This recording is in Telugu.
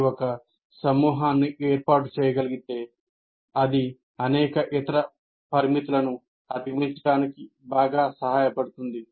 మీరు ఒక సమూహాన్ని ఏర్పాటు చేయగలిగితే అది అనేక ఇతర పరిమితులను అధిగమించడానికి బాగా సహాయపడుతుంది